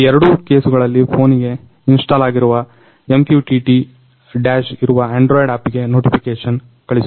ಈ ಎರಡು ಕೇಸುಗಳಲ್ಲಿ ಫೋನಿಗೆ ಇನ್ಸ್ಟಾಲ್ ಮಾಡಿರುವ MQTT Dash ಇರುವ ಆಂಡ್ರಾಯ್ಡ್ ಆಪ್ಗೆ ನೋಟಿಫಿಕೇಷನ್ ಕಳಿಸುತ್ತದೆ